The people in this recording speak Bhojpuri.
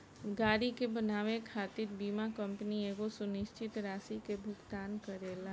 गाड़ी के बनावे खातिर बीमा कंपनी एगो सुनिश्चित राशि के भुगतान करेला